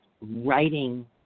writing